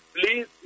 please